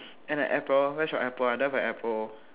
and a apple where's your apple I don't have a apple